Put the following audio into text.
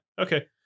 okay